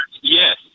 yes